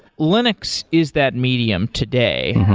linux is that medium today.